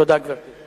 תודה, גברתי.